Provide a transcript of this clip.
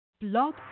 blog